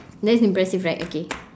that's impressive right okay